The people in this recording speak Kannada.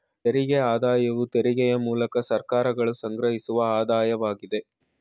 ತೆರಿಗೆ ಆದಾಯವು ತೆರಿಗೆಯ ಮೂಲಕ ಸರ್ಕಾರಗಳು ಸಂಗ್ರಹಿಸುವ ಆದಾಯವಾಗಿದೆ